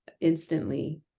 instantly